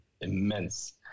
immense